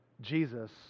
jesus